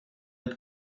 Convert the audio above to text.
ett